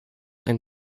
and